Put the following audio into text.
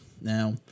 Now